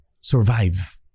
survive